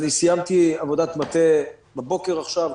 אני סיימתי עבודת מטה בבוקר עכשיו,